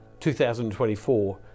2024